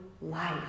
life